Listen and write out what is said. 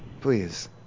Please